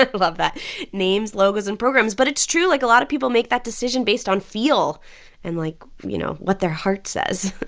love that names, logos and programs. but it's true. like, a lot of people make that decision based on feel and, like, you know, what their heart says.